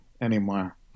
anymore